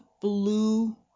blue